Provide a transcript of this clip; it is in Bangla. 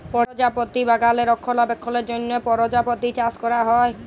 পরজাপতি বাগালে রক্ষলাবেক্ষলের জ্যনহ পরজাপতি চাষ ক্যরা হ্যয়